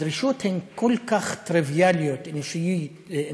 הדרישות הן כל כך טריוויאליות, אנושיות,